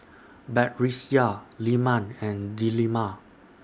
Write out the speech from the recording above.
Batrisya Leman and Delima